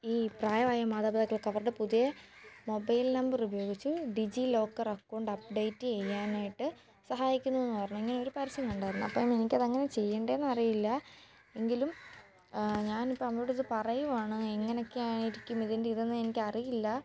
ഈ പ്രായമായ മാതാപിതാക്കൾക്ക് അവരുടെ പുതിയ മൊബൈൽ നമ്പർ ഉപയോഗിച്ച് ഡിജി ലോക്കർ അക്കൗണ്ട് അപ്ഡേറ്റ് ചെയ്യാനായിട്ട് സഹായിക്കുന്നു എന്ന് പറഞ്ഞ് ഇങ്ങനെ ഒരു പരസ്യം കണ്ടിരുന്നു അപ്പം എനിക്ക് അത് എങ്ങനെ ചെയ്യേണ്ടതെന്ന് അറിയില്ല എങ്കിലും ഞാനിപ്പം അമ്മയോടിത് പറയുവാണ് എങ്ങനെയൊക്കെ ആയിരിക്കും ഇതിന്റെ ഇതെന്ന് എനിക്കറിയില്ല